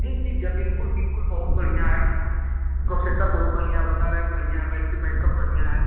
जी जी भैया बिल्कुल बिल्कुल बहुत बढ़िया है प्रोसेसर बहुत बढ़िया है उसका रैम बढ़िया है बैटरी बैकअप बढ़िया है